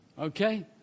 Okay